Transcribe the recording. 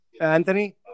Anthony